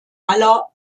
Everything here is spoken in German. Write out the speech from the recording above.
aller